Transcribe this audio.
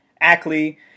Ackley